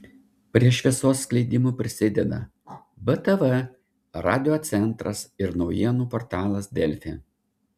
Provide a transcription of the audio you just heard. prie šviesos skleidimo prisideda btv radiocentras ir naujienų portalas delfi